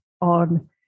on